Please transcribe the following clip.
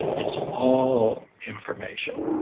it's all information